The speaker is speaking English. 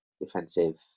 defensive